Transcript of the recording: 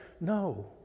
No